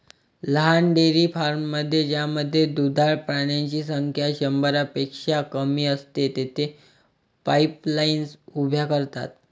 लहान डेअरी फार्ममध्ये ज्यामध्ये दुधाळ प्राण्यांची संख्या शंभरपेक्षा कमी असते, तेथे पाईपलाईन्स उभ्या करतात